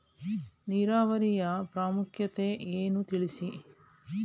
ನೀರಾವರಿಯ ಪ್ರಾಮುಖ್ಯತೆ ಯನ್ನು ತಿಳಿಸಿ?